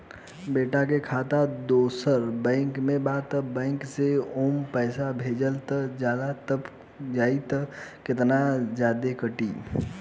बेटा के खाता दोसर बैंक में बा त ए बैंक से ओमे पैसा भेजम त जादे कट जायी का त केतना जादे कटी?